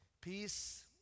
Peace